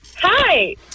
Hi